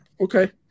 Okay